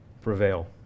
prevail